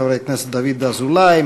חברי הכנסת דוד אזולאי,